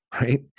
right